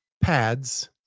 pads